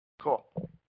Cool